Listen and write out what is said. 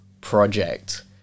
Project